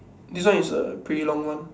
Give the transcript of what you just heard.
this one is a pretty long one